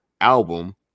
Album